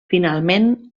finalment